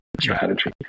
strategy